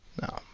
no